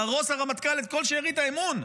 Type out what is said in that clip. להרוס לרמטכ"ל את כל שארית האמון.